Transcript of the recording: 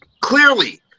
clearly